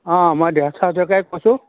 অঁ মই দেহেশ্ৱৰ হাজৰিকাই কৈছোঁ